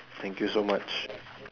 thank you so much